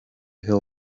hill